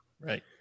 Right